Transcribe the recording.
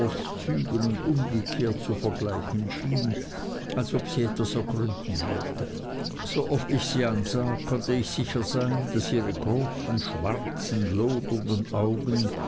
zügen und umgekehrt zu vergleichen schien als ob sie etwas ergründen wollte so oft ich sie ansah konnte ich sicher sein daß ihre großen schwarzen lodernden augen